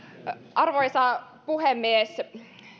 arvoisa puhemies